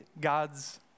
God's